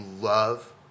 love